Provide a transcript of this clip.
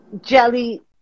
jelly